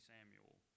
Samuel